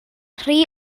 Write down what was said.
rhy